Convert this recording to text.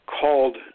called